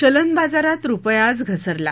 चलन बाजारात रुपया आज घसरला